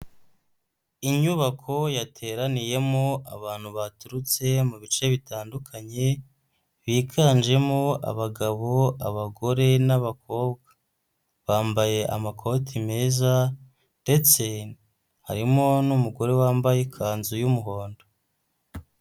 Inyubako yateraniyemo abantu baturutse mu bice bitandukanye, biganjemo abagabo, abagore n'abakobwa. Bambaye amakoti meza ndetse harimo n'umugore wambaye ikanzu y'umuhondo.